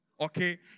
Okay